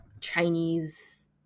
Chinese